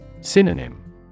Synonym